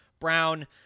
Brown